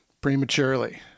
prematurely